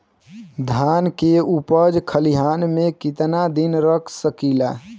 धान के उपज खलिहान मे कितना दिन रख सकि ला?